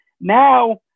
Now